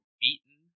Beaten